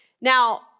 Now